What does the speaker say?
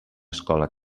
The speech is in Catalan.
escola